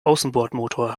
außenbordmotor